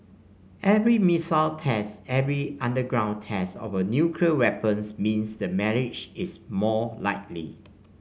every missile test every underground test of a nuclear weapons means the marriage is more likely